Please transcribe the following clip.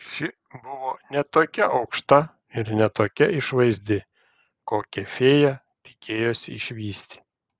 ši buvo ne tokia aukšta ir ne tokia išvaizdi kokią fėja tikėjosi išvysti